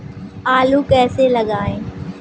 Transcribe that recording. आलू कैसे लगाएँ?